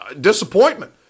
disappointment